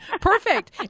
Perfect